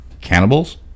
cannibals